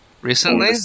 recently